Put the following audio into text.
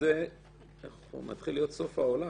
שזה מתחיל להיות סוף העולם.